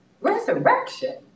resurrection